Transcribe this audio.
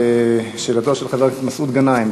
שאלתו של חבר הכנסת מסעוד גנאים.